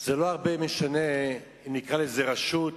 זה לא משנה הרבה אם נקרא לזה רשות,